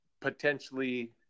potentially